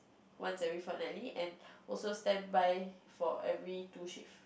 once every fortnightly and also standby for every two shift